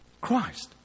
Christ